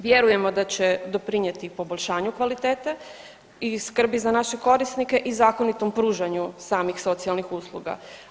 Vjerujemo da će doprinijeti poboljšanju kvalitete i skrbi za naše korisnike i zakonitom pružanju samih socijalnih usluga.